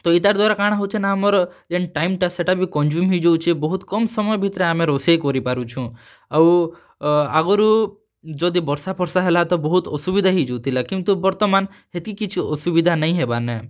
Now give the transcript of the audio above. ତ ଇତାର୍ ଦ୍ଵାରା କା'ଣା ହେଉଛେ ନା ଆମର୍ ଯେନ୍ ଟାଇମ୍ ଟା ସେଟା ବି କଂଜ୍ୟୁମ୍ ହେଇ ଯାଉଛେ ବହୁତ୍ କମ୍ ସମୟ ଭିତ୍ରେ ଆମେ ରୋଷେଇ କରିପାରୁଛୁଁ ଆଉ ଆଗ୍ରୁ ଯଦି ବର୍ଷାଫର୍ଷା ହେଲା ତ ବହୁତ୍ ଅସୁବିଧା ହେଇଯାଉଥିଲା କିନ୍ତୁ ବର୍ତ୍ତମାନ୍ ହେତେ କିଛି ଅସୁବିଧା ନାଇଁ ହେବାର୍ ନେ